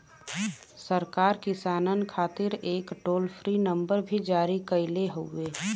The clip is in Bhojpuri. सरकार किसानन खातिर एक टोल फ्री नंबर भी जारी कईले हउवे